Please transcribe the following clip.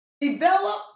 Develop